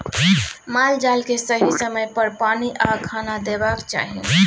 माल जाल केँ सही समय पर पानि आ खाना देबाक चाही